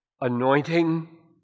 anointing